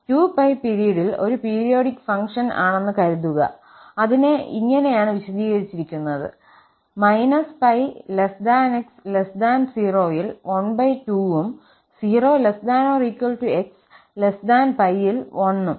𝑓 2𝜋 പിരീഡിൽ ഒരു periodic function ആണെന്ന് കരുതുക അതിനെ ഇങ്ങനെയാണ് വിശദീകരിച്ചിരിക്കുന്നത് −𝜋𝑥0 ൽ 12ഉം 0≤𝑥≤𝜋 ൽ 1 ഉം